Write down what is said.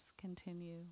continue